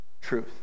truth